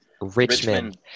Richmond